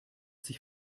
sich